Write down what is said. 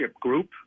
group